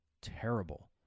terrible